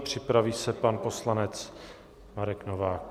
Připraví se pan poslanec Marek Novák.